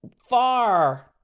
far